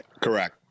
Correct